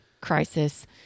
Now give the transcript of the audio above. crisis